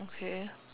okay